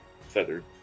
feathered